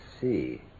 see